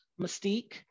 mystique